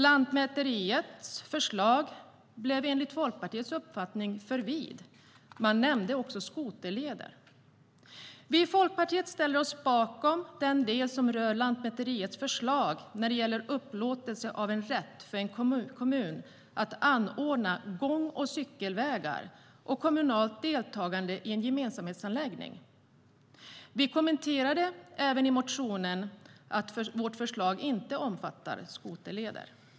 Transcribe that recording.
Lantmäteriets förslag blev enligt Folkpartiets uppfattning för brett. Man nämnde också skoterleder. Vi i Folkpartiet ställer oss bakom den del som rör Lantmäteriets förslag när det gäller upplåtelse av en rätt för en kommun att anordna gång och cykelvägar och kommunalt deltagande i gemensamhetsanläggningar. Vi kommenterar även i motionen att vårt förslag inte omfattar skoterleder.